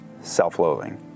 self-loathing